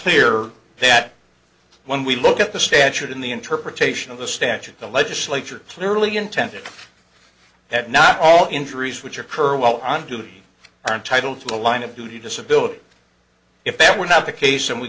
clear that when we look at the statute in the interpretation of the statute the legislature clearly intended that not all injuries which occur while on duty are entitle to the line of duty disability if that were not the case and we